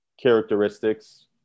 characteristics